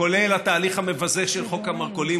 כולל התהליך המבזה של חוק המרכולים,